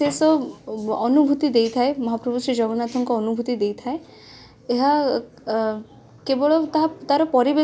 ଚୋରି କରିଥିଲେ ସିଏ ସୁପର୍ଣ୍ଣରେଖାର ନାକ ଯେହେତୁ ଶ୍ରୀରାମଚନ୍ଦ୍ରଙ୍କ ଭାଇ